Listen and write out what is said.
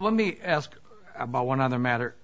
let me ask about one other matter